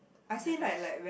in the friendship